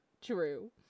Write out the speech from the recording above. True